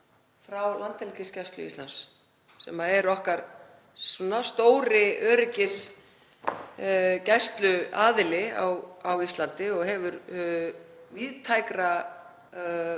frá Landhelgisgæslu Íslands, sem er okkar stóri öryggisgæsluaðili á Íslandi og hefur víðtækra